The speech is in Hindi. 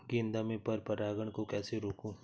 गेंदा में पर परागन को कैसे रोकुं?